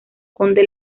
conde